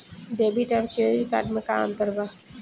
Debit आउर credit card मे का अंतर बा?